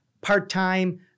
part-time